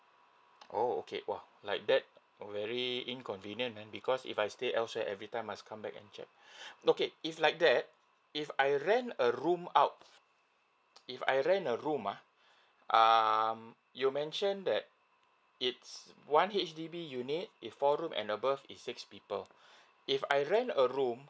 oh okay !wah! like that very inconvenient because if I stay outside everytime must come back and check okay it's like that if I rent a room out if I rent a room uh um you mentioned that it's one H_D_B unit if four room and above is six people if I rent a room